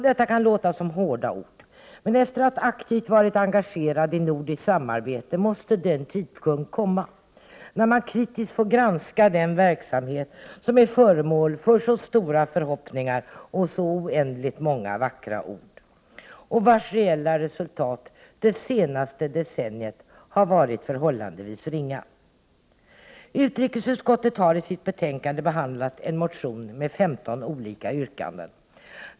Detta kan låta som hårda ord. Men efter att aktivt varit engagerad i nordiskt samarbete måste den tidpunkt komma när man kritiskt får granska den verksamhet som var föremål för så stora förhoppningar och så oändligt många vackra ord. Det reella resultatet i verksamheten har de senaste decennierna varit ringa. Utrikesutskottet har i sitt betänkande behandlat en motion med 15 olika yrkanden.